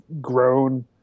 grown